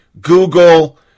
Google